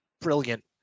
brilliant